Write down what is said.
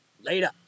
Later